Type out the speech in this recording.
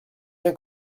bien